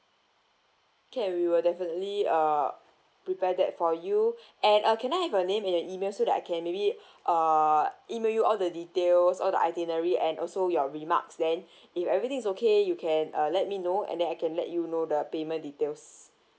okay we will definitely uh prepare that for you and uh can I have your name and your email so that I can maybe uh email you all the details all the itinerary and also your remarks then if everything is okay you can uh let me know and then I can let you know the payment details